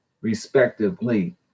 respectively